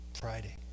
Friday